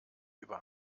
über